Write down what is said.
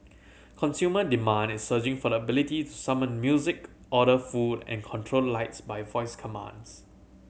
consumer demand is surging for the ability to summon music order food and control lights by voice commands